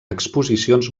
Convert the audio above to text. exposicions